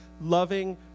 loving